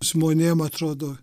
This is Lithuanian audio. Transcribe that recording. žmonėm atrodo